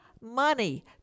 money